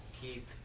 keep